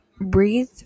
breathe